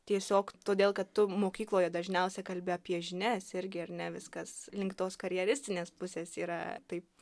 tiesiog todėl kad tu mokykloje dažniausia kalbi apie žinias irgi ar ne viskas link tos karjeristinės pusės yra taip